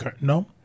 No